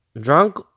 drunk